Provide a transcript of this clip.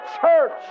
church